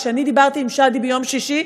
כשאני דיברתי עם שאדי ביום שישי,